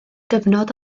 gyfnod